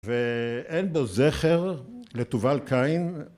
‫ואין לו זכר, לתובל קין,